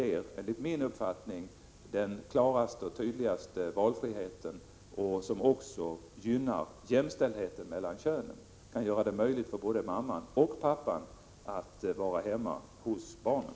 Det är enligt min uppfattning den lösning som ger den klaraste och tydligaste valfriheten och som också gynnar jämställdheten mellan könen, som gör det möjligt för såväl mamman som pappan att vara hemma hos barnen.